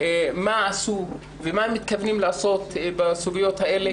מה עשו ומה מתכוונים לעשות בסוגיות האלה.